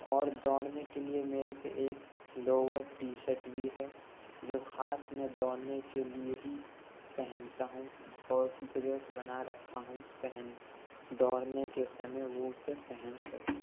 اور دوڑنے کے لیے میرے پہ ایک لوور ٹی شرٹ بھی ہے جو خاص میں دوڑنے کے لیے ہی پہنتا ہوں اور ڈریس بنا رکھا ہوں پہن دوڑنے کے سمے وہ اسے پہن سکوں